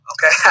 Okay